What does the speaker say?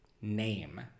name